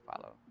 follow